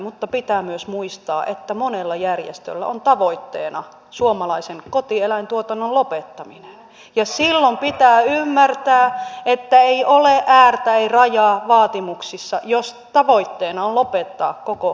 mutta pitää myös muistaa että monella järjestöllä on tavoitteena suomalaisen kotieläintuotannon lopettaminen ja silloin pitää ymmärtää että ei ole äärtä ei rajaa vaatimuksissa jos tavoitteena on lopettaa koko kotieläintuotanto